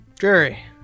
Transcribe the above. Jerry